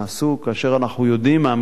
כאשר אנחנו יודעים מהמחקר